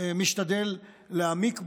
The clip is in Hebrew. משתדל להעמיק בו,